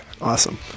Awesome